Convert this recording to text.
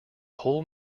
whole